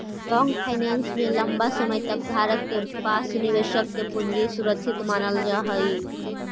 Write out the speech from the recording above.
long finance में लंबा समय तक धारक के पास निवेशक के पूंजी सुरक्षित मानल जा हई